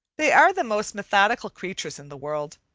they are the most methodical creatures in the world.